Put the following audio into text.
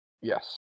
yes